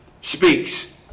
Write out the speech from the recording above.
speaks